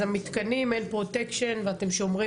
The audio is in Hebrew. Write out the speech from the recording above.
אז המתקנים אין פרוטקשן ואתם שומרים